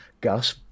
Gus